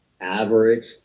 average